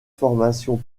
formations